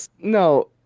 No